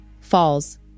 falls